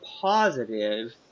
positive